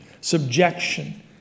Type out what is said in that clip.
subjection